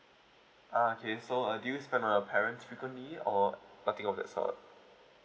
ah okay so uh do you spend a lot on your parents frequently or nothing of that sort